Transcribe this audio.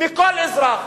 מכל אזרח.